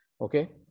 okay